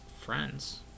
friends